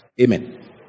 amen